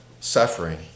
suffering